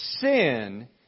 sin